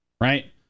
right